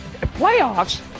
Playoffs